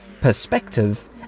perspective